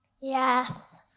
Yes